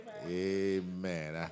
Amen